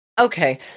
Okay